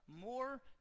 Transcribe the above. more